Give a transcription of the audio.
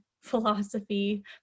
philosophy